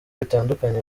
bitandukanye